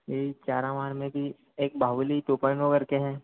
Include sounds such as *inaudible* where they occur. जी चारा मारने की एक *unintelligible* करके हैं